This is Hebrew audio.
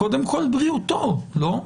קודם כל בריאותו, לא?